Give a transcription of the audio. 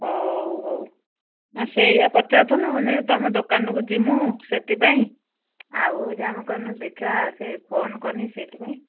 ହଉ ହଉ ନା ସେଇଆ ପଚାରୁଥିଲୁ ତୁମ ଦୋକାନକୁ ଯିବୁ ସେଥିପାଇଁ ଆଉ ହେଉଛି ଆମେ କହିଲୁ ଦେଖିବା ସେ ଫୋନ କରିନି ସେଇଥିପାଇଁ